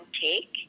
take